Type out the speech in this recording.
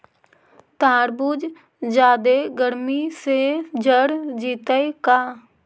तारबुज जादे गर्मी से जर जितै का?